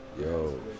Yo